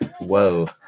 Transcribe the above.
Whoa